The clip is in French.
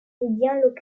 local